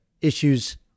issues